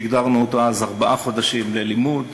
שהגדרנו אותו אז ארבעה חודשים, ללימוד: